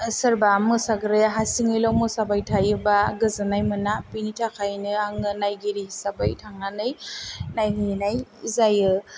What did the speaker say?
सोरबा मोसाग्राया हारसिङैल' मोसाबाय थायोबा गोजोन्नाय मोना बेनि थाखायनो आङो नायगिरि हिसाबै थांनानै नायहैनाय जायो